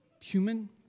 human